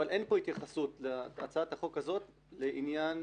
אבל בהצעת החוק הזאת אין התייחסות לעניין